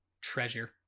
Treasure